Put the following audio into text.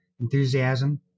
enthusiasm